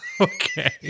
Okay